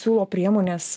siūlo priemones